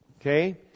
okay